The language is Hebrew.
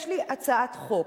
יש לי הצעת חוק,